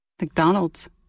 McDonald's